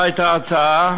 על מה הייתה ההצעה?